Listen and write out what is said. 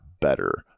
better